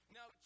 Now